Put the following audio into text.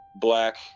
black